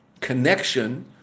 connection